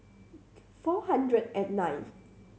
four hundred and ninth